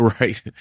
Right